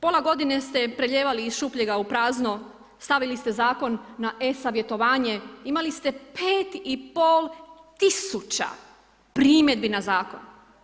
Pola godine ste prelijevali iz šupljega u prazno, stavili ste zakon na e-savjetovanje, imali ste 5500 primjedbi na zakon.